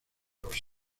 los